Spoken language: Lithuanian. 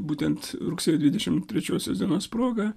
būtent rugsėjo dvidešimt trečiosios dienos proga